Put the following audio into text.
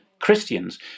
Christians